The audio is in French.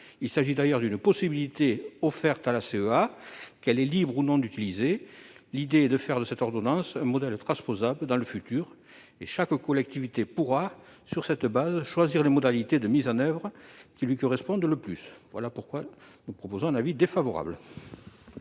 Il s'agit d'ailleurs d'une possibilité offerte à la CEA, qu'elle est libre d'utiliser ou non. L'idée est de faire de cette ordonnance un modèle transposable dans l'avenir. Chaque collectivité pourra ainsi, sur cette base, choisir les modalités de mise en oeuvre qui lui correspondent le plus. La parole est à M. le